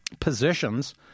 positions